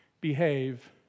behave